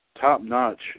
top-notch